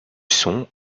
son